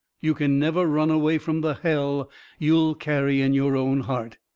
you can never run away from the hell you'll carry in your own heart.